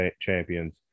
champions